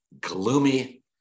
gloomy